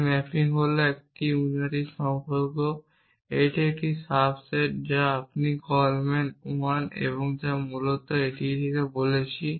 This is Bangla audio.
এর ম্যাপিং হল একটি unary সম্পর্ক এটি একটি সাবসেট যা আপনি কল ম্যান I এবং মূলত আমরা এটি বলছি